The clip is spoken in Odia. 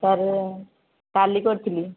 ସାର୍ କାଲି କରିଥିଲି